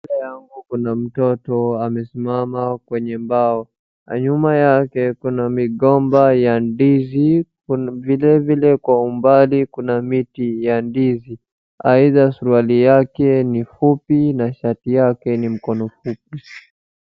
Mbele yangu kuna mtoto amesimama kwenye mbao, na nyuma yake kuna migomba ya ndizi. Vilevile kwa mbali kuna miti ya ndizi. Aidha, suruali yake ni fupi na sharti yake ni mkono fupi.